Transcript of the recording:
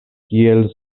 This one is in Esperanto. kiel